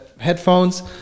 headphones